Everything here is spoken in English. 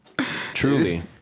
Truly